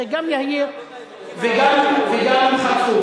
זה גם יהיר וגם חצוף.